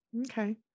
Okay